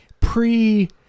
pre-